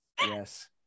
Yes